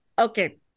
Okay